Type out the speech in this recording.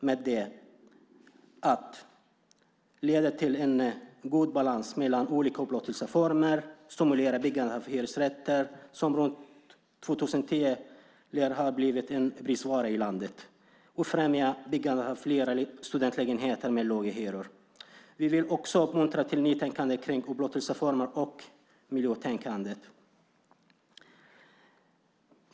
Med detta vill vi få en god balans mellan olika upplåtelseformer, stimulera byggandet av hyresrätter - som år 2010 lär ha blivit en bristvara i landet - och främja byggandet av fler studentlägenheter med låga hyror. Vi vill också uppmuntra till ett nytänkande kring upplåtelseformer och till ett miljötänkande.